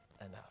enough